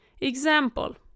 Example